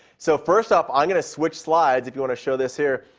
so first off, i'm going to switch slides, if you want to show this here.